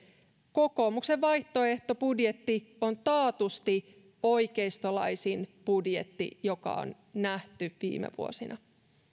kokoomuksen vaihtoehtobudjetti on taatusti oikeistolaisin budjetti joka on nähty viime vuosina